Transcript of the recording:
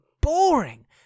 boring